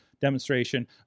demonstration